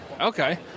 Okay